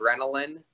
adrenaline